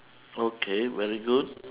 okay very good